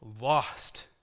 lost